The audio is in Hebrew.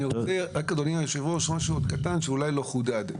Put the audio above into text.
אדוני היושב ראש, עוד משהו קטן שאולי לא חודד.